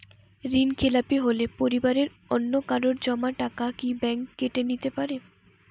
ঋণখেলাপি হলে পরিবারের অন্যকারো জমা টাকা ব্যাঙ্ক কি ব্যাঙ্ক কেটে নিতে পারে?